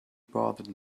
bothered